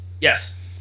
yes